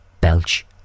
Belch